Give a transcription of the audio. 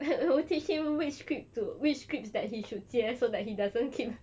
we'll teach him which script to which scripts that he should 接 so that he doesn't keep